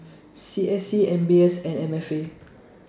C S C M B S and M F A